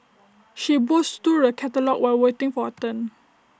she browsed through the catalogues while waiting for her turn